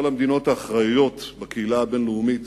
כל המדינות האחראיות בקהילה הבין-לאומית